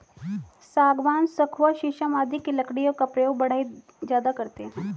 सागवान, सखुआ शीशम आदि की लकड़ियों का प्रयोग बढ़ई ज्यादा करते हैं